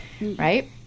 Right